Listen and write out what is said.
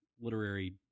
literary